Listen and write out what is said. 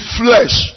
flesh